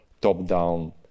top-down